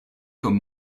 comme